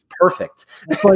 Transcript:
perfect